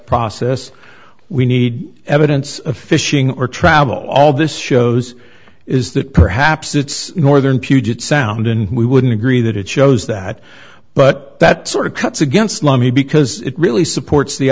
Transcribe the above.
process we need evidence of fishing or travel all this shows is that perhaps it's northern puget sound and we wouldn't agree that it shows that but that sort of cuts against me because it really supports the